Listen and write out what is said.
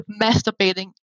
masturbating